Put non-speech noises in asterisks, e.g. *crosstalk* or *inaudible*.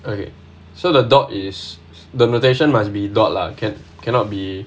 okay so the dot is the *laughs* must be dot lah can cannot be